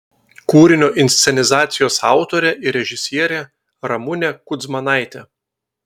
kūrinio inscenizacijos autorė ir režisierė ramunė kudzmanaitė